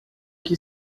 que